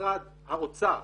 משרד האוצר,